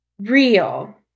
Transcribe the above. real